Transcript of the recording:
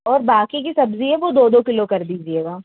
और बाकि की सब्जी है वो दो दो किलो कर दीजिएगा